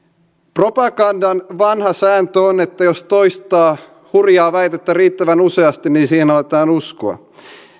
propagandan vanha sääntö on että jos toistaa hurjaa väitettä riittävän useasti niin siihen aletaan uskoa